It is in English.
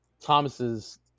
Thomas's